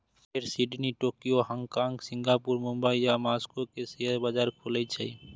फेर Sydney, Tokyo, Hong Kong, Singapore, Mumbai आ Moscow के शेयर बाजार खुलै छै